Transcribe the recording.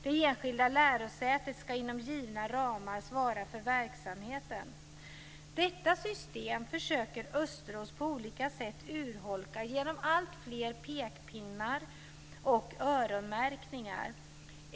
Det enskilda lärosätet ska inom givna ramar svara för verksamheten. Detta system försöker Östros på olika sätt urholka genom alltfler pekpinnar och öronmärkningar.